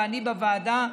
ואני בוועדה,